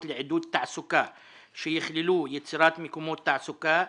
לעידוד תעסוקה שיכללו יצירת מקומות תעסוקה,